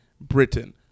Britain